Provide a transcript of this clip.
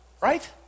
right